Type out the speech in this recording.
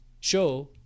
show